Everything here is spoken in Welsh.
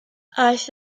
aeth